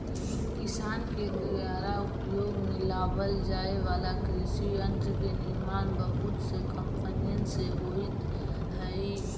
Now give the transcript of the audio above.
किसान के दुयारा उपयोग में लावल जाए वाला कृषि यन्त्र के निर्माण बहुत से कम्पनिय से होइत हई